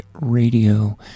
Radio